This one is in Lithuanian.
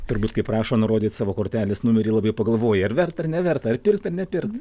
turbūt kai prašo nurodyt savo kortelės numerį labai pagalvoji ar verta ar neverta ar pirkt ar nepirkt